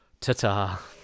Ta-ta